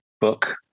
book